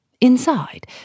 Inside